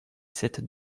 sept